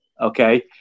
Okay